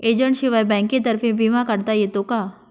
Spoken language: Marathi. एजंटशिवाय बँकेतर्फे विमा काढता येतो का?